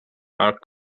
are